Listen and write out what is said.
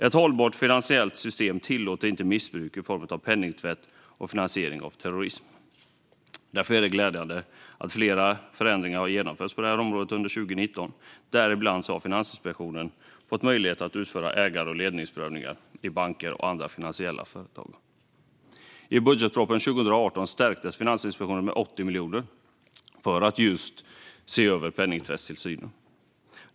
Ett hållbart finansiellt system tillåter inte missbruk i form av penningtvätt och finansiering av terrorism. Därför är det glädjande att flera förändringar har genomförts på detta område under 2019. Bland annat har Finansinspektionen fått möjlighet att utföra ägar och ledningsprövningar i banker och andra finansiella företag. I budgetpropositionen 2018 stärktes Finansinspektionen med 80 miljoner för att just se över penningtvättstillsynen.